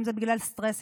אם זה בגלל סטרס,